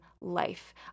life